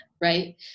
right